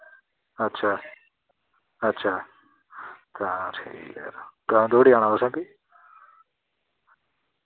अच्छा अच्छा तां ठीक ऐ यरो कदूं धोड़ी आना तुसैं फ्ही